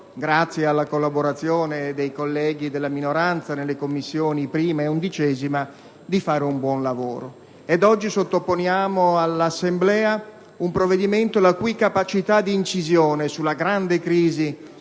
grazie alla collaborazione dei colleghi della minoranza nelle Commissioni 1a e 11a, di svolgere un buon lavoro. Oggi noi sottoponiamo all'Assemblea un provvedimento la cui capacità d'incisione sulla grande crisi